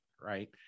Right